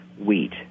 wheat